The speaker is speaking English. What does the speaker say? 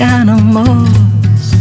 animals